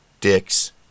dicks